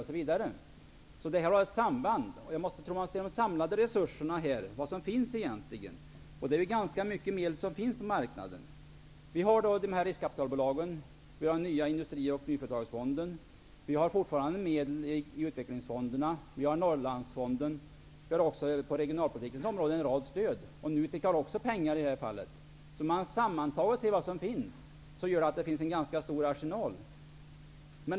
Det finns alltså ett samband. Man måste se till de samlade resurserna och vad som egentligen finns. Det finns ganska mycket på marknaden. Vi har de här riskkapitalbolagen, vi har den nya Industri och nyföretagarfonden, vi har fortfarande medel i Utvecklingsfonderna och vi har Norrlandsfonden. Vi har också en rad med stöd på regionalpolitikens område. Det finns också pengar i NUTEK i det här fallet. Om man sammantaget ser vad som finns finner man en stor arsenal med resurser.